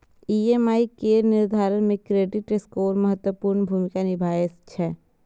EMI केर निर्धारण मे क्रेडिट स्कोर महत्वपूर्ण भूमिका निभाबै छै